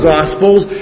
Gospels